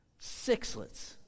Sixlets